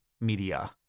media